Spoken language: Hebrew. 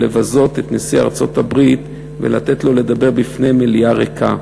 לבזות את נשיא ארצות-הברית ולתת לו לדבר בפני מליאה ריקה.